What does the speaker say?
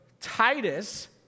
Titus